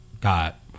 got